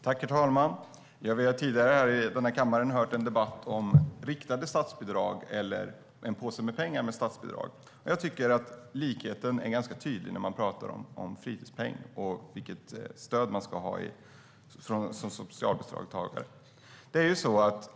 Herr talman! Vi har tidigare i den här kammaren hört en debatt om huruvida man ska ha riktade statsbidrag eller ge en påse med pengar i stället. Jag tycker att likheten är ganska tydlig mellan den diskussionen och frågan om fritidspeng och vilket stöd man ska ha som socialbidragstagare.